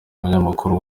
umunyamakuru